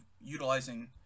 utilizing